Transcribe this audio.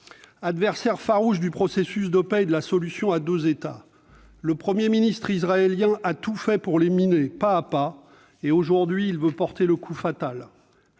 Adversaire farouche du processus de paix et de la solution à deux États, le Premier ministre israélien a tout fait pour les miner, pas à pas ; aujourd'hui, il veut porter le coup fatal.